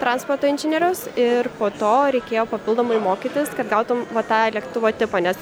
transporto inžinieriaus ir po to reikėjo papildomai mokytis kad gautum va tą lėktuvo tipą nes